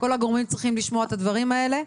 כל הגורמים צריכים לשמוע את הדברים האלה.